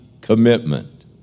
commitment